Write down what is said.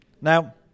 Now